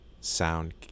sound